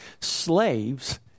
slaves